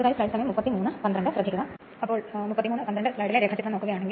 സ്ലോട്ടിലേക്ക് തള്ളിവിടുന്ന റോട്ടറിനേക്കാൾ അല്പം വലുപ്പമുള്ള ബാർ രേഖാചിത്രത്തിൽ കാണിക്കുന്നു